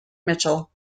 mitchell